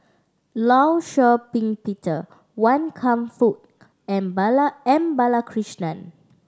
Law Shau Ping Peter Wan Kam Fook and M Balakrishnan